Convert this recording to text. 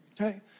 okay